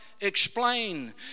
explain